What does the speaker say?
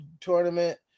tournament